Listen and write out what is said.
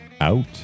Out